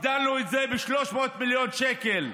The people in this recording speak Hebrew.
הגדלנו את זה ב-300 מיליון שקלים.